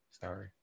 Sorry